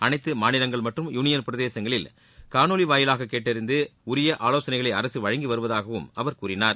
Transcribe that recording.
அனைத்து மாநிலங்கள் மற்றம் யூனியன் பிரதேசங்களில் காணொலி வாயிலாக கேட்டறிந்து உரிய ஆலோசனைகளை அரசு வழங்கிவருவதாகவும் அவர் கூறினார்